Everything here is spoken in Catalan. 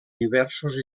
diversos